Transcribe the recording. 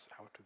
out